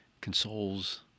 consoles